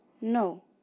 No